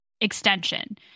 extension